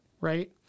Right